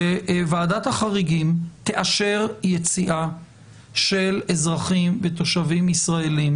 שוועדת החריגים תאשר יציאה של אזרחים ותושבים ישראלים